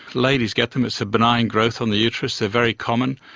ladies get them, it's a benign growth on the uterus, they are very common.